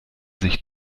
sich